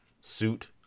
suit